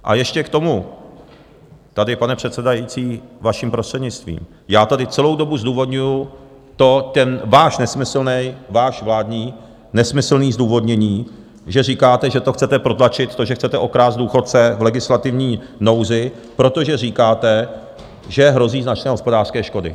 A ještě k tomu tady, pane předsedající, vaším prostřednictvím, já tady celou dobu zdůvodňuji ten váš nesmyslný, vaše vládní nesmyslné zdůvodnění, že říkáte, že to chcete protlačit, to, že chcete okrást důchodce v legislativní nouzi, protože říkáte, že hrozí značné hospodářské škody.